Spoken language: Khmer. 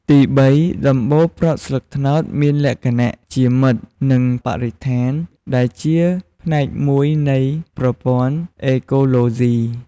ទីបី ដំបូលប្រក់ស្លឹកត្នោតមានលក្ខណៈ ជាមិត្តនឹងបរិស្ថានដែលជាផ្នែកមួយនៃប្រព័ន្ធអេកូឡូស៊ី។